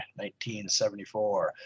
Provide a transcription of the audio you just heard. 1974